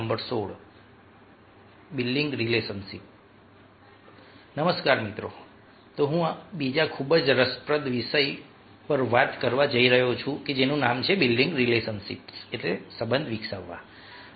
નમસ્કાર તો હું બીજા ખૂબ જ રસપ્રદ વિષય પર વાત કરવા જઈ રહ્યો છું જેનું નામ છે બિલ્ડીંગ રિલેશનશીપસંબંધ બાંધવા